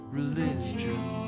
religion